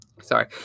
sorry